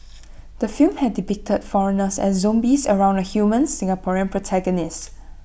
the film had depicted foreigners as zombies around A human Singaporean protagonist